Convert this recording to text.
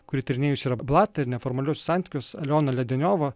kuri tyrinėjusi yra blatą ir neformaliuosius santykius aliona lediniova